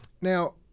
Now